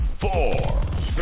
Four